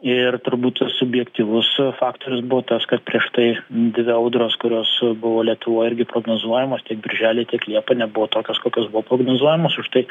ir turbūt tas subjektyvus faktorius buvo tas kad prieš tai dvi audros kurios buvo lietuvoj irgi prognozuojamos tiek birželį tiek liepą nebuvo tokios kokios buvo prognozuojamos užtai